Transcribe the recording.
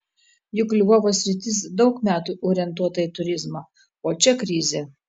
juk lvovo sritis daug metų orientuota į turizmą o čia krizė